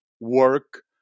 work